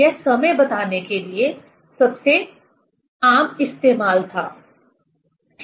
यह समय बताने के लिए सबसे आम इस्तेमाल था ठीक है